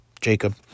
Jacob